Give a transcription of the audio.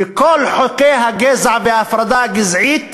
וכל חוקי הגזע וההפרדה הגזעית,